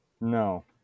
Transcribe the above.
No